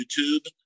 youtube